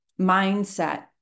mindset